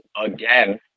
again